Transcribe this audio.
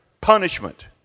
punishment